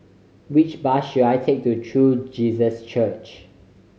which bus should I take to True Jesus Church